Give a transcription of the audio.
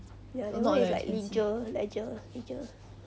ya that [one] is like leisure leisure leisure